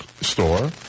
store